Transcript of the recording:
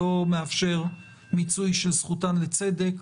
לא מאפשר מיצוי של זכותן לצדק,